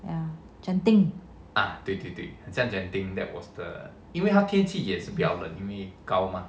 ya genting